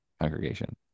congregation